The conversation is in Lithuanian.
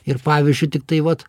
ir pavyzdžiui tiktai vat